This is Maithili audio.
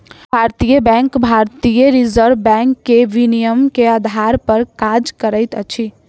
भारतीय बैंक भारतीय रिज़र्व बैंक के विनियमन के आधार पर काज करैत अछि